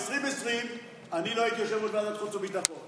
ב-2020 אני לא הייתי יושב-ראש ועדת חוץ וביטחון.